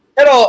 Pero